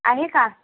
आहे का